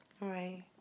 Right